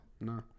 No